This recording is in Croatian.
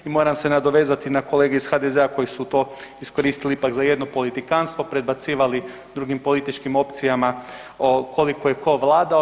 I moram se nadovezati na kolege iz HDZ-a koje su to iskoristili ipak za jedno politikantstvo, predbacivali drugim političkim opcijama koliko je ko vladao.